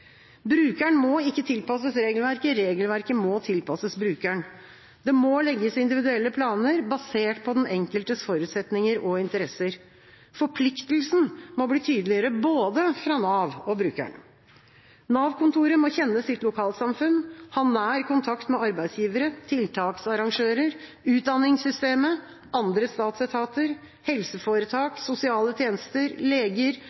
Brukeren må ikke tilpasses regelverket, regelverket må tilpasses brukeren. Det må legges individuelle planer, basert på den enkeltes forutsetninger og interesser. Forpliktelsen må bli tydeligere både fra Nav og fra brukeren. Nav-kontoret må kjenne sitt lokalsamfunn, ha nær kontakt med arbeidsgivere, tiltaksarrangører, utdanningssystemet, andre statsetater, helseforetak, sosiale tjenester, leger,